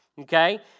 okay